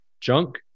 junk